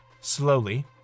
Slowly